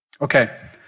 Okay